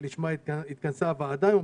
שבין השאר לשם כך התכנסה הוועדה היום.